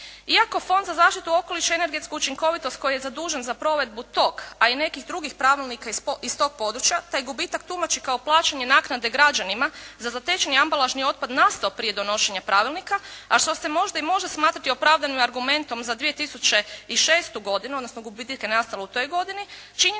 Iako Fond za zaštitu okoliša i energetsku učinkovitost koji je zadužen za provedbu tog a i nekih drugih pravilnika iz tog područja taj gubitak tumači kao plaćanje naknade građanima za zatečeni ambalažni otpad nastao prije donošenja pravilnika a što se možda i može smatrati opravdanim argumentom za 2006. godinu odnosno gubitaka nastalih u toj godini